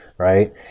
Right